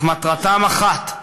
אך מטרתם אחת: